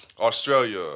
Australia